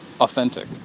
authentic